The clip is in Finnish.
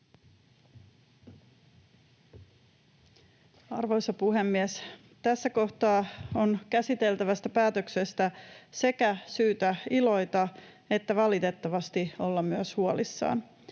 Arvoisa puhemies! Tässä kohtaa on käsiteltävästä päätöksestä syytä sekä iloita että valitettavasti olla myös huolissaan.